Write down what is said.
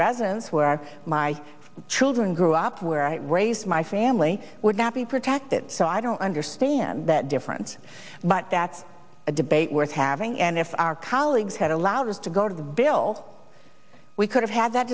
residence where my children grew up where i raised my family would not be protected so i don't understand that difference but that's a debate worth having and if our colleagues had allowed us to go to the bill we could have had that